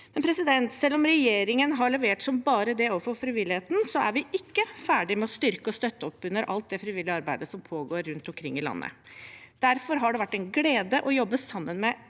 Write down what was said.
tilskudd.no. Selv om regjeringen har levert som bare det overfor frivilligheten, er vi ikke ferdige med å styrke og støtte opp under alt det frivillige arbeidet som pågår rundt omkring i landet. Derfor har det vært en glede å jobbe sammen med